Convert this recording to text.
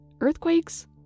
earthquakes